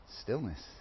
stillness